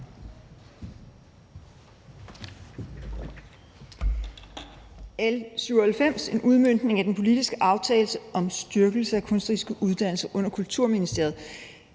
L 97 er en udmøntning af den politiske aftale om styrkelse af kunstneriske uddannelser under Kulturministeriet,